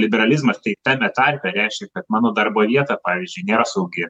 liberalizmas tai tame tarpe reiškia kad mano darbo vieta pavyzdžiui nėra saugi